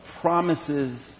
promises